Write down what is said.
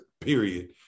period